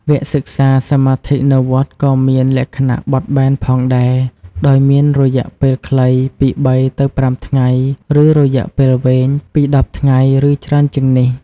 វគ្គសិក្សាសមាធិនៅវត្តក៏មានលក្ខណៈបត់បែនផងដែរ ដោយមាន រយៈពេលខ្លី ពី ៣ ទៅ ៥ ថ្ងៃ ឬ រយៈពេលវែង ពី ១០ ថ្ងៃ ឬច្រើនជាងនេះ។